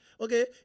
Okay